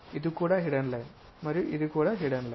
ఇది కూడా hidden line మరియు ఇది కూడా హిడెన్ లైన్